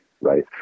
Right